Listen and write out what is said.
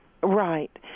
Right